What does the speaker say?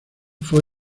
fue